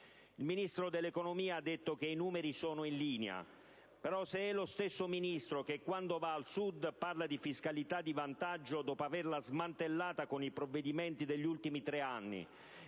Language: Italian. Il Ministro dell'economia ha detto che i numeri sono in linea, ma se è lo stesso Ministro che quando va al Sud parla di fiscalità di vantaggio, dopo averla smantellata con i provvedimenti degli ultimi tre anni,